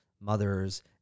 mothers